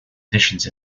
editions